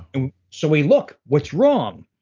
and so, we look. what's wrong?